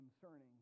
concerning